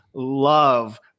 Love